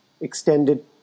extended